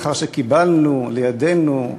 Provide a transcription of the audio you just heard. לאחר שקיבלנו לידינו,